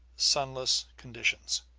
sunless conditions.